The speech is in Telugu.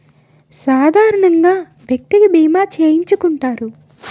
సాధారణంగా వ్యక్తికి బీమా చేయించుకుంటారు